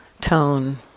tone